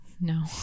No